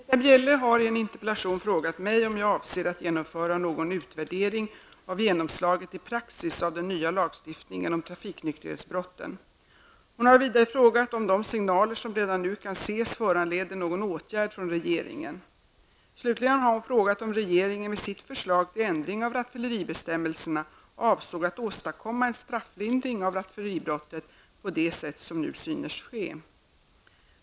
Herr talman! Britta Bjelle har i en interpellation frågat mig om jag avser att genomföra någon utvärdering av genomslaget i praxis av den nya lagstiftningen om trafiknykterhetsbrotten. Hon har vidare frågat om de signaler som redan nu kan ses föranleder någon åtgärd från regeringen. Slutligen har hon frågat om regeringen med sitt förslag till ändring av rattfylleribestämmelserna avsåg att åstadkomma en strafflindring av rattfylleribrott på det sätt som nu synes ske.